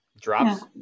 drops